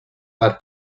per